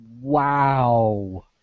Wow